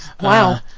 Wow